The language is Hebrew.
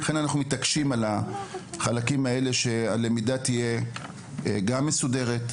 לכן אנחנו מתעקשים על החלקים האלה שהלמידה תהיה גם מסודרת,